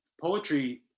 poetry